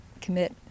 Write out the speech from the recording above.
commit